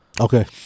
Okay